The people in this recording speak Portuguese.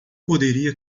poderia